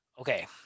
okay